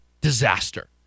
disaster